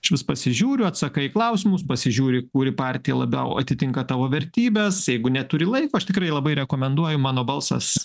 aš vis pasižiūriu atsakai į klausimus pasižiūri kuri partija labiau atitinka tavo vertybes jeigu neturi laiko aš tikrai labai rekomenduoju mano balsas